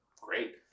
great